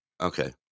okay